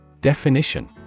Definition